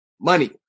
money